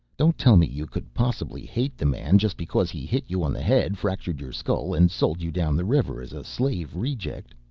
don't tell me you could possibly hate the man just because he hit you on the head, fractured your skull and sold you down the river as a slave reject?